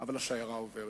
אבל השיירה עוברת.